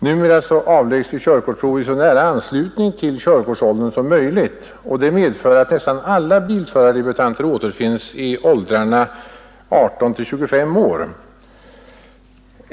Numera avläggs körkortsprov i så nära anslutning till körkortsåldern som möjligt, vilket medför att nästan alla bilförardebutanter återfinns i åldrarna 18—25 år.